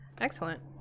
Excellent